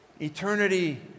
eternity